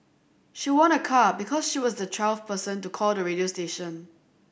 she won a car because she was the twelfth person to call the radio station